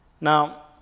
Now